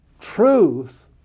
Truth